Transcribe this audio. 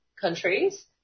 countries